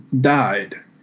died